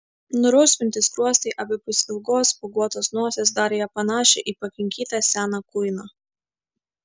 nurausvinti skruostai abipus ilgos spuoguotos nosies darė ją panašią į pakinkytą seną kuiną